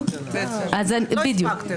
לא הספקתם.